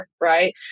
Right